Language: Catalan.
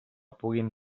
puguin